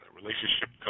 relationship